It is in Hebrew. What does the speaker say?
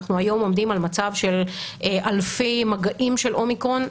אנחנו היום עומדים על מצב של אלפי מגעים של אומיקרון,